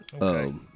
Okay